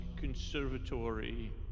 conservatory